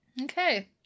Okay